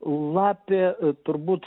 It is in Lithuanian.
lapė turbūt